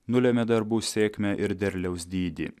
nulemia darbų sėkmę ir derliaus dydį